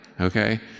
okay